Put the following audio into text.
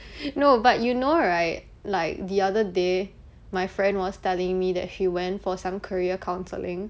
no but you know right like the other day my friend was telling me that she went for some career counselling